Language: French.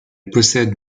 possède